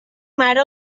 mare